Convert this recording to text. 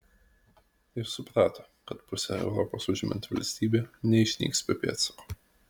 jis suprato kad pusę europos užimanti valstybė neišnyks be pėdsako